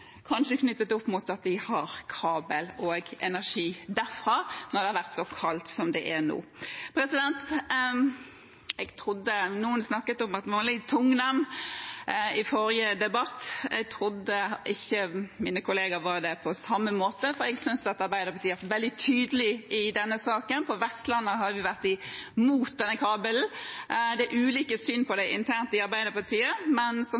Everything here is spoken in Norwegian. så kaldt som det er nå. Noen snakket i forrige debatt om at man var litt tungnem. Jeg trodde ikke mine kollegaer var det på samme måte, for jeg synes Arbeiderpartiet har vært veldig tydelig i denne saken. På Vestlandet har vi vært imot denne kabelen, og det er ulike syn på det internt i Arbeiderpartiet, men som